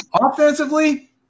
Offensively